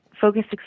focused